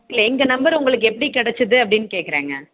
இல்லை எங்கள் நம்பரு உங்களுக்கு எப்படி கிடைச்சிது அப்படின் கேட்கறேங்க